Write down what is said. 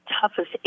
toughest